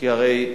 כי הרי,